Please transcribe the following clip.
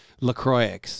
LaCroix